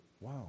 wow